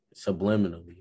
Subliminally